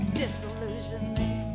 disillusionment